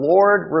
Lord